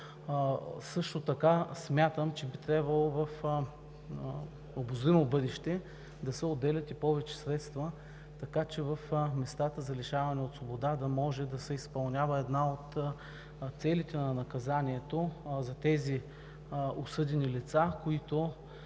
дело. Мисля, че би трябвало в обозримо бъдеще да се отделят и повече средства, така че в местата за лишаване от свобода да може да се изпълнява една от целите на наказанието – за тези осъдени лица, които,